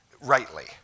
rightly